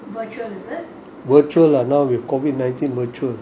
virtual now with COVID nineteen virtual